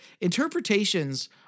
Interpretations